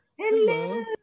Hello